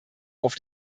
auf